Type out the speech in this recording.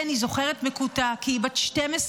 כן, היא זוכרת מקוטע כי היא בת 12,